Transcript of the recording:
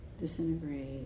Disintegrate